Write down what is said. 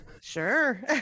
Sure